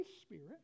spirit